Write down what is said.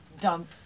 dump